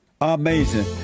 Amazing